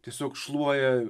tiesiog šluoja